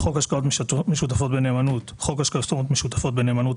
"חוק השקעות משותפות בנאמנות" חוק השקעות משותפות בנאמנות,